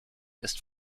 ist